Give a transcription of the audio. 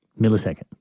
millisecond